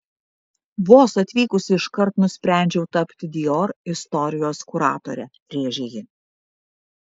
vos atvykusi iškart nusprendžiau tapti dior istorijos kuratore rėžė ji